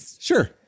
Sure